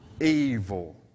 evil